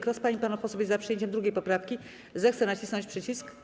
Kto z pań i panów posłów jest za przyjęciem 2. poprawki, zechce nacisnąć przycisk.